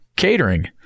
catering